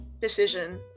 decision